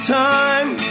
time